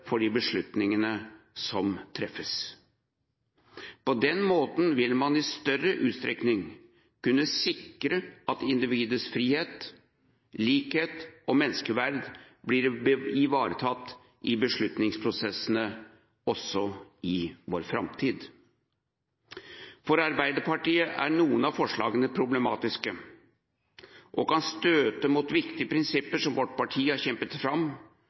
for de beslutningene som treffes. På den måten vil man i større utstrekning kunne sikre at individets frihet, likhet og menneskeverd blir ivaretatt i beslutningsprosessene også i vår framtid. For Arbeiderpartiet er noen av forslagene problematiske og kan støte mot viktige prinsipper som vårt parti har kjempet fram,